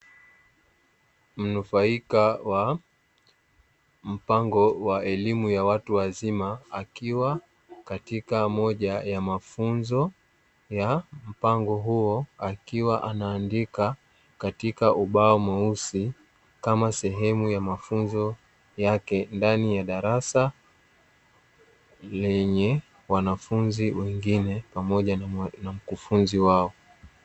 Mnufaika wa mpango wa elimu ya watu wazima, akiwa katika moja ya mafunzo ya mpango huo, akiwa anaandika katika ubao mweusi kama sehemu ya mafunzo yake, ndani ya darasa lenye wanafunzi wengine pamoja na mkufunzi wao.